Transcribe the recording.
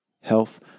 health